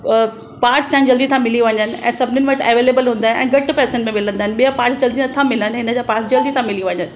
parts आहिनि जल्दी था मिली वञनि ऐं सभनिनि वटि अवेलेबल हूंदा आहिनि ऐं घटि पैसनि में मिलंदा आहिनि ॿिया पार्ट्स जल्दी नथा मिलनि हिनजा पार्ट्स जल्दी था मिली वञनि